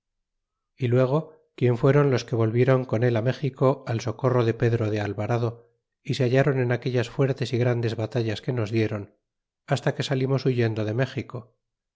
y luego quien fueron los que volvieron con él méxico al socorro de pedro de alvarado y se hallaron en aquellas fuertes y grandes batallas que nos diéron hasta que salimos huyendo de méxico